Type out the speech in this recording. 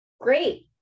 great